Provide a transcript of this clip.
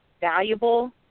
valuable